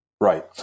Right